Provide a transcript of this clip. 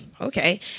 Okay